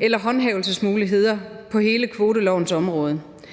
eller håndhævelsesmuligheder på hele kvotelovens område.